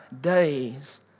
days